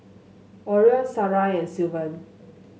Orion Sarai and Sylvan